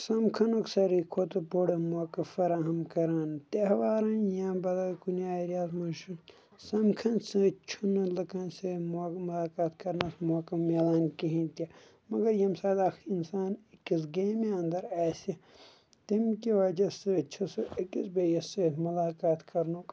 سَمکھٕ نُک ساروی کھۄتہٕ بوڑ موقعہٕ فراہم کران تیہوارن یا بدل کُنہِ ایریاہس منٛزچھُ سَمکھنہٕ سۭتۍ چُھ نہٕ لُکن سۭتۍ مُلاقات کرنَس موقعہٕ مِلان کِہیٖنۍ تہِ مَگر ییٚمہِ ساتہٕ اکھ اِنسان أکِس گیمہِ اَنٛدر آسہِ تَمہِ کہِ وجہہ سۭتۍ چھُ سُہ أکِس بیٚیس سۭتۍ مُلاقات کرنُک